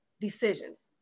decisions